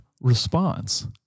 response